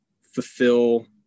fulfill